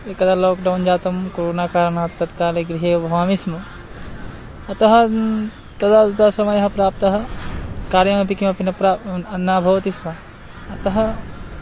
एकदा लोक्डौन् जातं कोरोना कारणात् तत्काले गृहे एव भवामि स्म अतः तदा तदा समयः प्राप्तः कार्यमपि किमपि न प्राप् न भवति स्म अतः